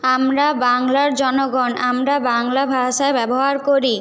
আমরা বাংলার জনগণ আমরা বাংলা ভাষা ব্যবহার করি